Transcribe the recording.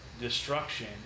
destruction